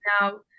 now